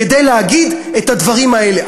כדי להגיד את הדברים האלה.